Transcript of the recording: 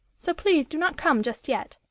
so please do not come just yet.